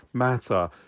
matter